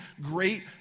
great